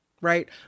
right